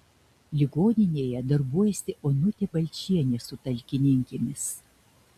ligoninėje darbuojasi onutė balčienė su talkininkėmis